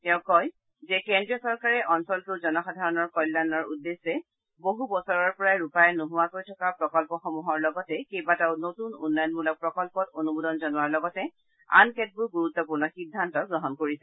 তেওঁ কয় যে কেন্দ্ৰীয় চৰকাৰে অঞ্চলটোৰ জনসাধাৰণৰ কল্যাণৰ উদ্দেশ্যে বহু বছৰৰ পৰাই ৰূপায়ণ নোহোৱাকৈ থকা প্ৰকল্পসমূহৰ লগতে কেইবাটাও নতুন উন্নয়নমূলক প্ৰকল্পত অনুমোদন জনোৱাৰ লগেত আন কেতবোৰ গুৰুত্বপূৰ্ণ সিদ্ধান্ত গ্ৰহণ কৰিছে